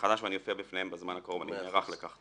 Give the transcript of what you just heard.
מחדש ואני אופיע בפניהם בזמן הקרוב, אני נערך לכך.